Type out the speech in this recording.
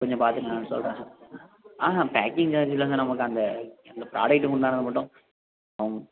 கொஞ்சம் பார்த்துட்டு என்னானு சொல்கிறேன் சார் ஆஹான் பேக்கிங் சார்ஜ் இல்லைன்னா நமக்கு அந்த அந்த ப்ரோடக்டுக்கு உண்டானது மட்டும் ம்